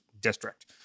District